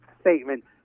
statement